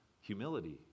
humility